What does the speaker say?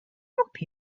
help